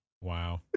Wow